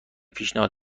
پیشنهاد